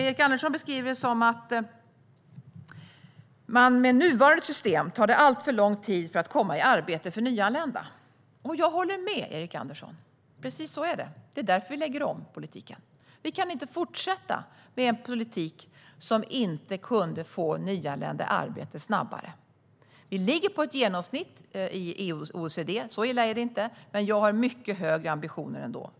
Erik Andersson beskriver det som att det med nuvarande system tar alltför lång tid att komma i arbete för nyanlända. Jag håller med Erik Andersson. Precis så är det. Det är därför vi lägger om politiken. Vi kan inte fortsätta med den politik som inte kunde få nyanlända i arbete snabbare. Vi ligger på genomsnittet för EU och OECD - så illa är det alltså inte. Men jag har mycket högre ambitioner än så.